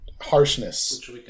harshness